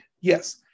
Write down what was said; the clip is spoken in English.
Yes